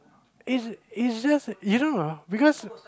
is is just you don't know because